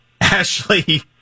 Ashley